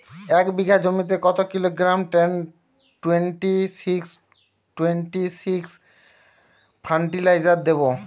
এক বিঘা জমিতে কত kilogram ten twenty six twenty six fertiliser দেবো?